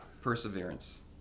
Perseverance